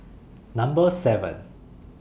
Number seven